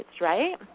Right